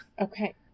Okay